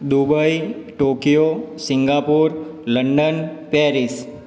Dubai Tokyo Singapore London Paris